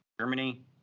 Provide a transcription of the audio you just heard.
Germany